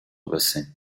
bassin